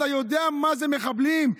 אתה יודע מה זה מחבלים.